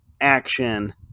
action